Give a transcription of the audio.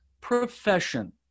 profession